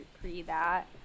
pre-that